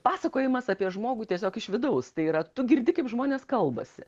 pasakojimas apie žmogų tiesiog iš vidaustai yra tu girdi kaip žmonės kalbasi